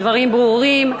הדברים ברורים.